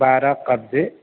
بارہ قبضے